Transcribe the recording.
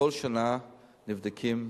כל שנה נבדקים.